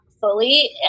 fully